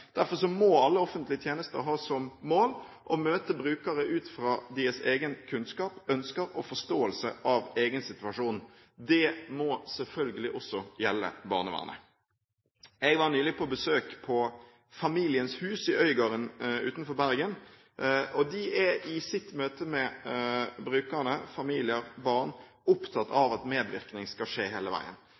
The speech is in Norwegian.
Derfor må alle offentlige tjenester ha som mål å møte brukere ut fra deres egen kunnskap, ønsker og forståelse av egen situasjon. Det må selvfølgelig også gjelde barnevernet. Jeg var nylig på besøk på Familiens Hus i Øygarden utenfor Bergen. De er i sitt møte med brukerne – familier, barn – opptatt av at medvirkning skal skje hele veien.